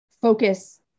focus